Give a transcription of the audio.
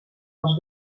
els